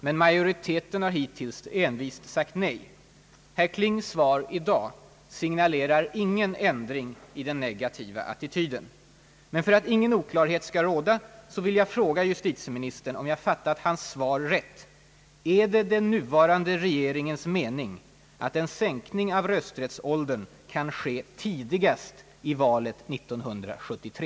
Men majoriteten har hittills envist sagt nej. Herr Klings svar i dag signalerar ingen ändring i den negativa attityden. Men för att ingen oklarhet skall råda vill jag fråga justitieministern om jag fattat hans svar rätt: Är det den nuvarande regeringens mening att en sänkning av rösträttsåldern kan ske tidigast till valet 1973?